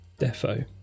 defo